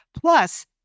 plus